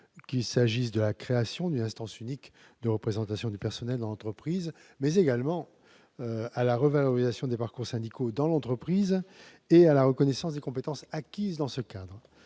qu'il s'agisse de la création d'une instance unique de représentation du personnel dans l'entreprise, mais également de la revalorisation des parcours syndicaux au sein de l'entreprise et de la reconnaissance des compétences acquises dans ce cadre.